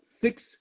six